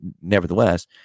nevertheless